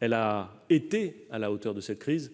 elle a été à la hauteur de cette crise ?